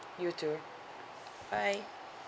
you too bye